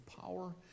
power